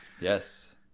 Yes